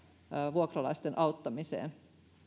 vuokralaisten auttamiseen